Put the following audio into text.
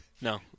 No